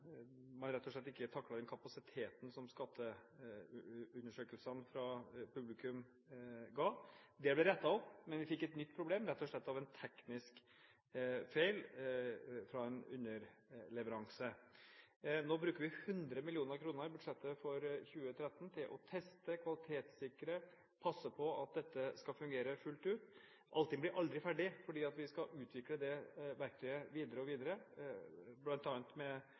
man rett og slett ikke taklet den pågangen publikums skatteundersøkelser førte til. Det ble rettet opp, men vi fikk et nytt problem, rett og slett på grunn av en teknisk feil fra en underleverandør. Nå bruker vi 100 mill. kr i budsjettet for 2013 til å teste, kvalitetssikre og passe på at dette skal fungere fullt ut. Altinn blir aldri ferdig, vi skal utvikle dette verktøyet stadig videre, bl.a. med